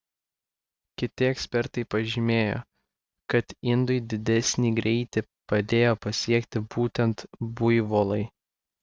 kiti ekspertai pažymėjo kad indui didesnį greitį padėjo pasiekti būtent buivolai